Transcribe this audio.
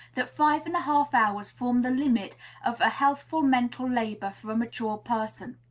that five and a half hours form the limit of healthful mental labor for a mature person.